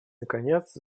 наконец